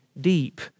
deep